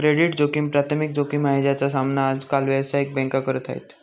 credit जोखिम प्राथमिक जोखिम आहे, ज्याचा सामना आज काल व्यावसायिक बँका करत आहेत